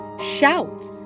shout